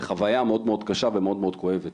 זה חוויה מאוד מאוד קשה ומאוד מאוד כואבת